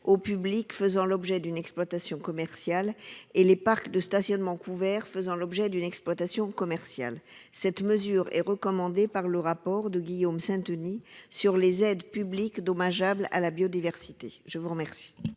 au public faisant l'objet d'une exploitation commerciale et les parcs de stationnement couverts faisant l'objet d'une exploitation commerciale. Cette mesure est préconisée par le rapport de Guillaume Sainteny sur les aides publiques dommageables à la biodiversité. L'amendement